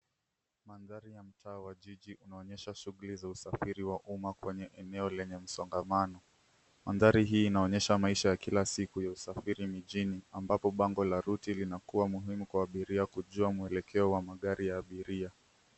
Mandhari ya mtaa wa jiji unaonyesha shughuli za usafiri wa umma kwenye eneo lenye msongamano. Mandhari hii inaonyesha maisha ya kila siku ya usafiri mjini ambapo bango la route linakuwa muhimu kwa abiria kujua muelekeo wa magari ya abiria.